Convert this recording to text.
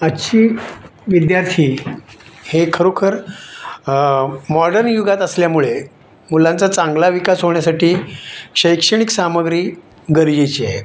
आजची विद्यार्थी हे खरोखर मॉडर्न युगात असल्यामुळे मुलांचा चांगला विकास होण्यासाठी शैक्षणिक सामग्री गरजेची आहे